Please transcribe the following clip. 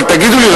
אבל תגידו לי,